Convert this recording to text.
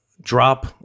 drop